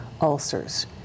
ulcers